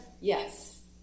yes